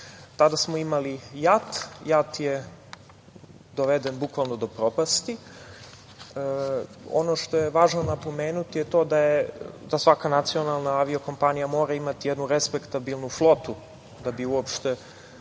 Tada smo imali JAT. JAT je doveden bukvalno do propasti. Ono što je važno napomenuti je to da svaka nacionalna avio-kompanija mora imati jednu respektabilnu flotu da bi se